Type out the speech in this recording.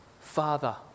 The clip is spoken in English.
Father